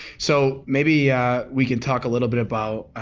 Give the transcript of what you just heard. so maybe we can talk a little bit about,